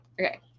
Okay